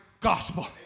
gospel